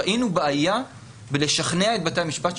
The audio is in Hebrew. ראינו בעיה בלשכנע את בתי המשפט.